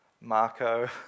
Marco